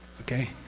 okay?